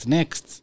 Next